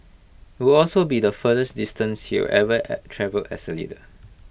IT would also be the furthest distance he will have ever travelled as leader